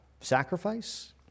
sacrifice